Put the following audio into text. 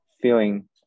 feeling